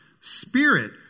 Spirit